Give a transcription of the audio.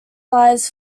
lies